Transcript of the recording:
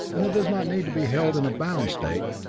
and that does not need to be held in a bound state,